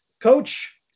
Coach